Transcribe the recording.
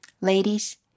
Ladies